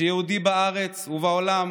שיהודי בארץ ובעולם